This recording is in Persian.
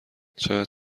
چقدر